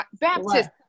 Baptist